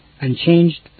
unchanged